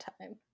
time